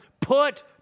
put